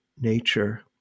nature